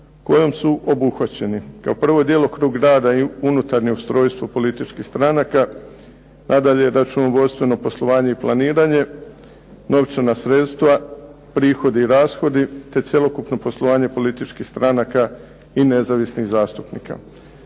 kojom su obuhvaćeni kao prvo djelokrug rada i unutarnje ustrojstvo političkih stranaka. Nadalje, računovodstveno poslovanje i planiranje, novčana sredstva, prihodi i rashodi te cjelokupno poslovanje političkih stranaka i nezavisnih zastupnika.